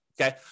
okay